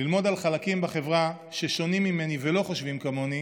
ללמוד על חלקים בחברה ששונים ממני ולא חושבים כמוני,